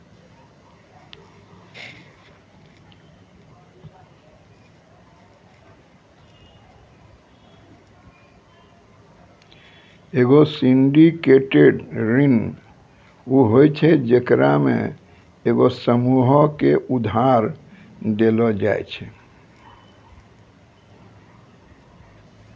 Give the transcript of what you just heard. एगो सिंडिकेटेड ऋण उ होय छै जेकरा मे एगो समूहो के उधार देलो जाय छै